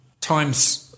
time's